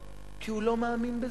כי הוא לא מאמין בזה.